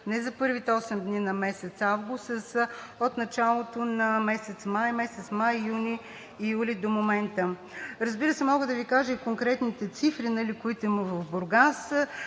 не за първите осем дни на месец август, а са от началото на месец май – месец май, юни и юли до момента. Разбира се, мога да Ви кажа и конкретните цифри, които има в Бургас